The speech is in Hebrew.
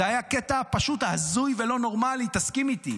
זה היה קטע פשוט הזוי ולא נורמלי, תסכים איתי.